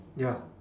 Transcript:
ya